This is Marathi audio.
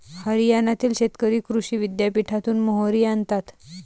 हरियाणातील शेतकरी कृषी विद्यापीठातून मोहरी आणतात